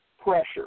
Pressure